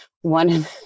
one